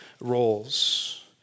roles